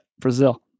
Brazil